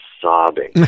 sobbing